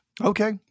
Okay